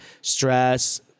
stress